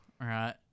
right